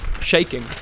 shaking